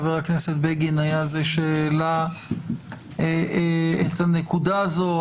חה"כ בגין היה זה שהעלה את הנקודה הזו.